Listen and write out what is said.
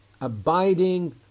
abiding